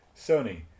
Sony